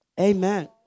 Amen